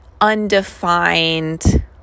undefined